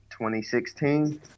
2016